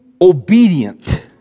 obedient